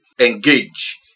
engage